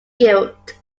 guilt